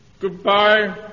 Goodbye